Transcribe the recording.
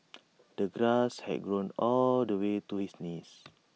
the grass had grown all the way to his knees